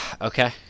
Okay